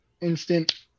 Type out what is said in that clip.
instant